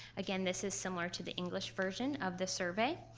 again, this is similar to the english version of the survey.